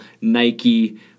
Nike